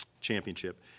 championship